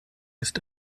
ist